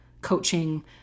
coaching